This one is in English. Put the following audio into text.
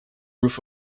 roof